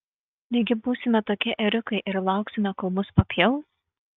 negi būsime kokie ėriukai ir lauksime kol mus papjaus